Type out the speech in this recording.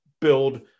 build